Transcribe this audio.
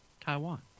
Taiwan